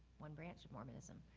one branch of mormonism,